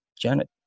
Janet